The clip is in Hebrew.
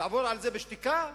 לעבור על זה בשתיקה,